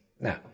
Now